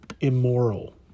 immoral